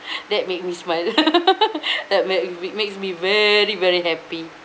that make me smile that made makes me very very happy